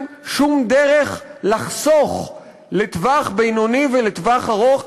שום דרך לחסוך לטווח בינוני ולטווח ארוך,